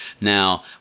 Now